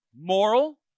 moral